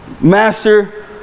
master